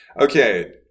Okay